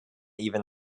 even